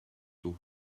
tôt